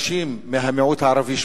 נשים מהמיעוט הערבי,